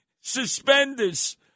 suspenders